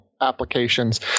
applications